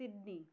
Sydney